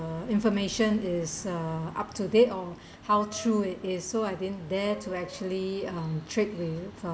information is uh up to date or how true it is so I didn't dare to actually um trade with uh